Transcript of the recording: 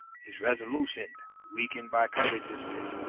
his resolution, weakened by covetousness,